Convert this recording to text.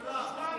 כולם.